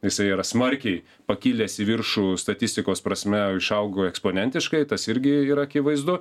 jisai yra smarkiai pakilęs į viršų statistikos prasme išaugo eksponentiškai tas irgi yra akivaizdu